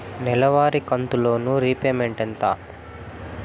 నెలవారి కంతు loan repayment ఎంత?